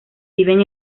viven